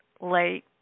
late